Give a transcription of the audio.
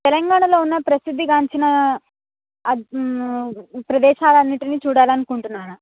తెలంగాణలో ఉన్న ప్రసిద్ధి గాంచిన ప్రదేశాలు అన్నింటిని చూడాలని అనుకుంటున్నాను